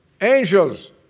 Angels